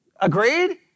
Agreed